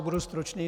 Budu stručný.